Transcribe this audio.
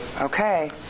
okay